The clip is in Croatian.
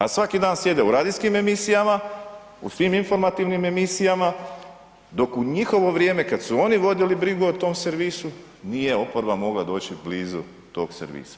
A svaki dan sjede u radijskim emisijama, u svim informativnim emisijama dok u njihovo vrijeme kad su oni vodili brigu o tom servisu nije oporba mogla doći blizu tog servisa.